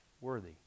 worthy